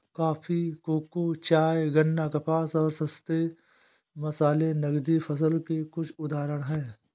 coffee, cocoa, चाय, गन्ना, कपास और मसाले नकदी फसल के कुछ उदाहरण हैं